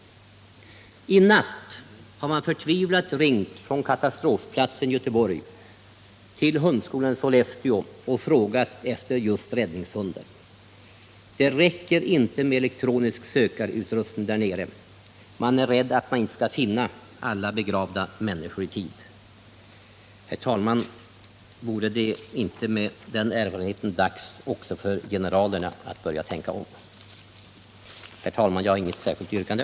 I natt har man förtvivlat ringt från katastrofplatsen i Göteborg och frågat efter just räddningshundar. Det räcker inte med elektronisk sökarutrustning där nere. Man är rädd att man inte skall finna alla begravda människor i tid. Herr talman! Vore det inte med den erfarenheten dags också för generalerna att börja tänka om? Jag har inget särskilt yrkande.